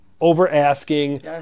over-asking